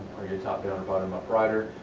are you a top-down or bottom-up writer?